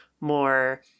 more